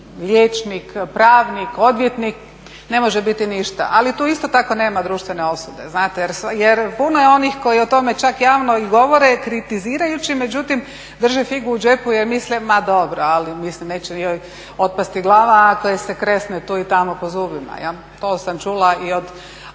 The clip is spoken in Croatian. liječnik, pravnik, odvjetnik ne može biti ništa. Ali tu isto tako nema društvene osude. Jer puno je onih koji o tome čak javno i govore kritizirajući, međutim drže figu u džepu jer misle ma dobro, ali mislim neće joj otpasti glava ako joj se kresne tu i tamo po zubima. To sam čula i od